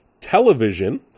television